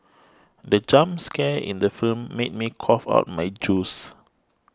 the jump scare in the film made me cough out my juice